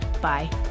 Bye